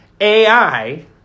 AI